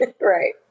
Right